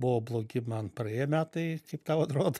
buvo blogi man praėję metai kaip tau atrodo